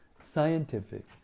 scientific